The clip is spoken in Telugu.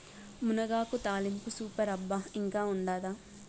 మునగాకు తాలింపు సూపర్ అబ్బా ఇంకా ఉండాదా